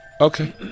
Okay